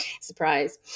Surprise